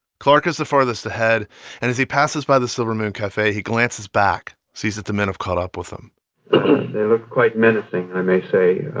clark is the farthest ahead. and as he passes by the silver moon cafe, he glances back, sees that the men have caught up with him they looked quite menacing, i may say,